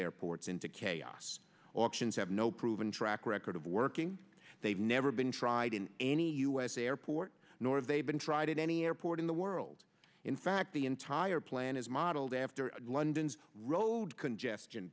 airports into chaos options have no proven track record of working they've never been tried in any us airport nor have they been tried at any airport in the world in fact the entire plan is modeled after london's road congestion